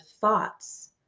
thoughts